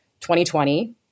2020